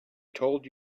told